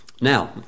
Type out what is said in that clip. Now